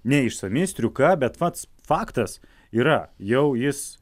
ne išsami striuka bet pats faktas yra jau jis